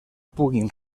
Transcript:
puguin